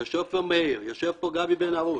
יושב פה מאיר, יושב פה גבי בן-הרוש.